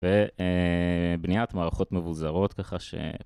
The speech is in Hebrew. ובניית מערכות מבוזרות ככה ש